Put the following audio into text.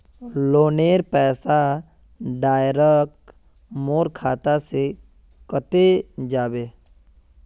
लोनेर पैसा डायरक मोर खाता से कते जाबे?